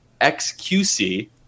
XQC